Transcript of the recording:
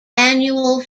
annual